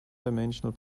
dimensional